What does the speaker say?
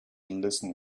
listen